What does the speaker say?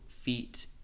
feet